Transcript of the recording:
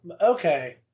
okay